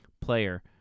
player